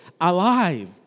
Alive